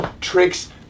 tricks